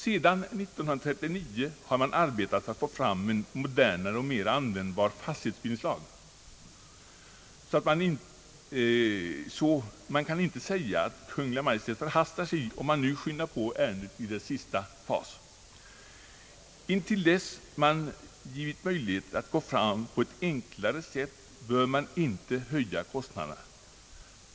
Sedan 1939 har arbetet på en modernare och mer användbar fastighetsbildningslag pågått. Därför kan ingen säga att Kungl. Maj:t förhastar sig om man nu skyndar på ärendet i dess sista fas. Intill dess möjligheter givits att gå fram på ett enklare sätt bör man inte höja kostnaderna.